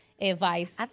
advice